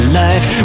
life